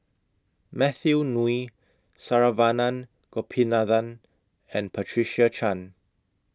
Matthew Ngui Saravanan Gopinathan and Patricia Chan